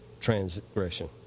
transgression